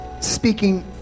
speaking